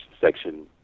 section